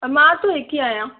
त मां त हिकु ई आहियां